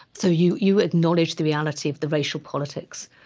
so you you acknowledge the reality of the racial politics,